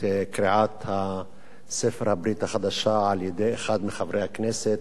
קריעת ספר הברית החדשה על-ידי אחד מחברי הכנסת.